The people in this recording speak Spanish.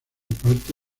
parte